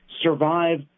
survive